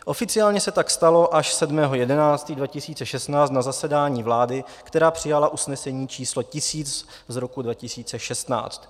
Oficiálně se tak stalo až 7. 11. 2016 na zasedání vlády, která přijala usnesení č. 1000 z roku 2016.